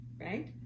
right